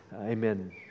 Amen